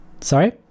sorry